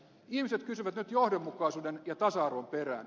ihmiset kysyvät nyt johdonmukaisuuden ja tasa arvon perään